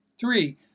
Three